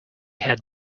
had